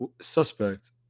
suspect